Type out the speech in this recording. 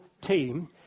team